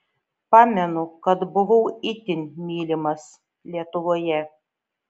pamenu kad buvau itin mylimas lietuvoje